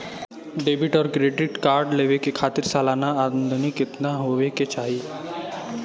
Debit और credit card लेवे के खातिर सलाना आमदनी कितना हो ये के चाही?